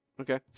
okay